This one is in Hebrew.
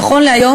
נכון להיום,